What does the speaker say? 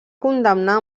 condemnar